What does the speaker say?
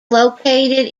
located